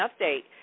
update